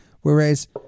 Whereas